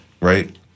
right